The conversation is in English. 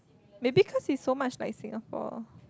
maybe cause is so much like Singapore